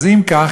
אז אם כך,